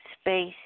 space